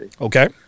Okay